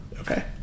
Okay